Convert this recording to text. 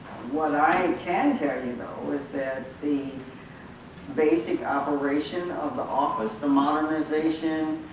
what i and can tell you, though, is that the basic operation of the office, the modernization,